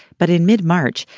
but in mid-march,